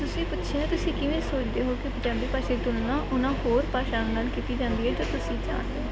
ਤੁਸੀਂ ਪੁੱਛਿਆ ਤੁਸੀਂ ਕਿਵੇਂ ਸੋਚਦੇ ਹੋ ਕਿ ਪੰਜਾਬੀ ਭਾਸ਼ਾ ਦੀ ਤੁਲਨਾ ਉਹਨਾਂ ਹੋਰ ਭਾਸ਼ਾ ਨਾਲ ਕੀਤੀ ਜਾਂਦੀ ਹੈ ਤਾਂ ਤੁਸੀਂ ਜਾਣਦੇ ਹੋ